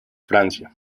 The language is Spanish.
francia